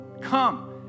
Come